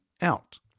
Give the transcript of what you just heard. out